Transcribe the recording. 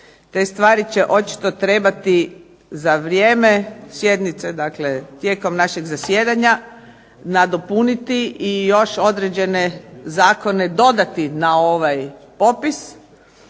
Te stvari će očito trebati za vrijeme sjednice, dakle tijekom našeg zasjedanja nadopuniti i još određene zakone dodati na ovaj popis.